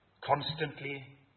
constantly